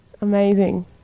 Amazing